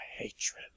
hatred